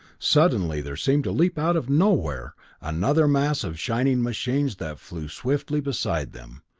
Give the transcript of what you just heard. suddenly there seemed to leap out of nowhere another mass of shining machines that flew swiftly beside them.